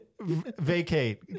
vacate